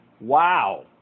Wow